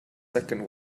second